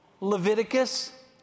Leviticus